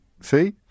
See